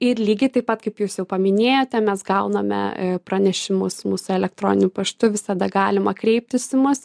ir lygiai taip pat kaip jūs jau paminėjote mes gauname pranešimus mūsų elektroniniu paštu visada galima kreiptis į mus